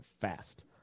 fast